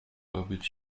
robić